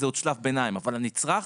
זה עוד שלב ביניים אבל הוא נצרך,